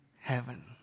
heaven